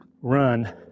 run